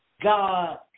God